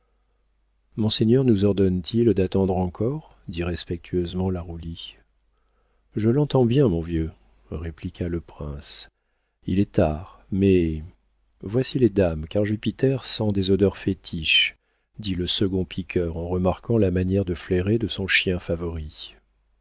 monseigneur nous ordonne t il d'attendre encore dit respectueusement la roulie je t'entends bien mon vieux répliqua le prince il est tard mais voici les dames car jupiter sent des odeurs fétiches dit le second piqueur en remarquant la manière de flairer de son chien favori